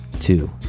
two